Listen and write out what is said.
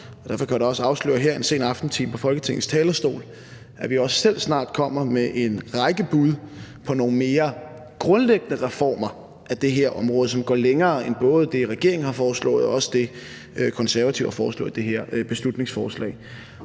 derfor kan jeg da også afsløre her en sen aftentime fra Folketingets talerstol, at vi også selv snart kommer med en række bud på nogle mere grundlæggende reformer af det her område, som går længere end både det, som regeringen har foreslået, og også det, som Konservative har foreslået i det her beslutningsforslag.